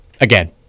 again